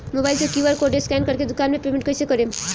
Mobile से QR code scan कर के दुकान मे पेमेंट कईसे करेम?